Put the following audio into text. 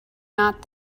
not